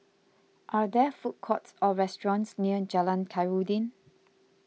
are there food courts or restaurants near Jalan Khairuddin